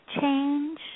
change